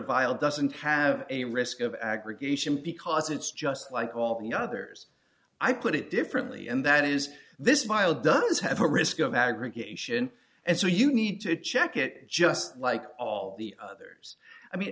vial doesn't have a risk of aggregation because it's just like all the others i put it differently and that is this file does have a risk of aggregation and so you need to check it just like all the others i mean